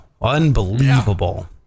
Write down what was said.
Unbelievable